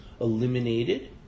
eliminated